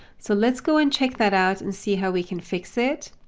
so let's go and check that out and see how we can fix it.